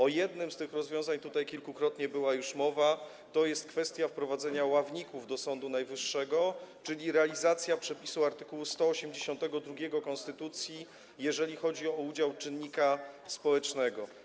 O jednym z tych rozwiązań tutaj kilkukrotnie była już mowa, to jest kwestia wprowadzenia ławników do Sądu Najwyższego, czyli realizacja przepisu art. 182 konstytucji, jeżeli chodzi o udział czynnika społecznego.